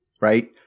right